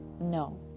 No